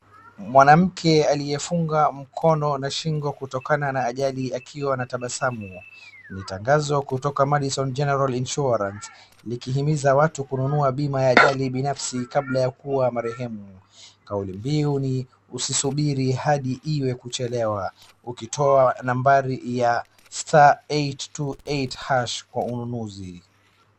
Mwanamke aliyefunga mkono na shingo kutokana na ajali akiwa anatabasamu. Ni tangazo kutoka madison general insurance likihimiza watu kununua bima ya ajali binafsi kabla ya kuwa marehemu. Kauli mbiu ni usisubiri hadi iwe hadi kuchelewa, ukitoa nambari ya *828# kwa ununuzi.